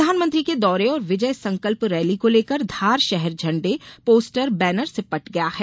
प्रधानमंत्री के दौरे और विजय संकल्प रैली को लेकर धार षहर झंडे पोस्टर बैनर से पट गया है